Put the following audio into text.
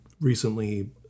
recently